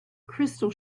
crystal